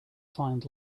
find